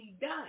done